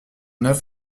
neuf